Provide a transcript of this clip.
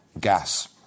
gas